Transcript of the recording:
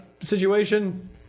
situation